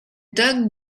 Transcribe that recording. dog